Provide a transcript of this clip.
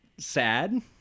Sad